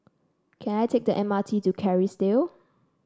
can I take the M R T to Kerrisdale